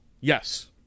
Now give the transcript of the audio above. Yes